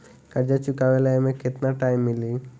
कर्जा चुकावे ला एमे केतना टाइम मिली?